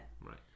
Right